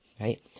right